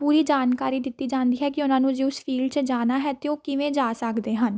ਪੂਰੀ ਜਾਣਕਾਰੀ ਦਿੱਤੀ ਜਾਂਦੀ ਹੈ ਕਿ ਉਹਨਾਂ ਨੂੰ ਜੋ 'ਚ ਜਾਣਾ ਹੈ ਤਾਂ ਉਹ ਕਿਵੇਂ ਜਾ ਸਕਦੇ ਹਨ